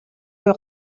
буй